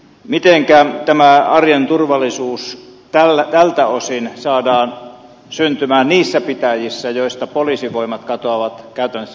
mitenkä tämä arjen turvallisuus tältä osin saadaan syntymään niissä pitäjissä joista poliisivoimat katoavat käytännöllisesti katsoen kokonaan